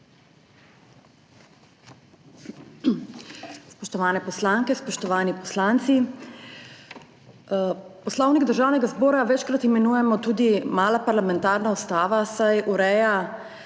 Spoštovane poslanke, spoštovani poslanci! Poslovnik državnega zbora večkrat imenujemo tudi mala parlamentarna ustava, saj ureja